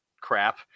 crap